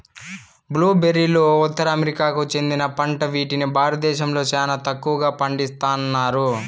blue బెర్రీలు ఉత్తర అమెరికాకు చెందిన పంట వీటిని భారతదేశంలో చానా తక్కువగా పండిస్తన్నారు